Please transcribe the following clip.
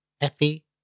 Effie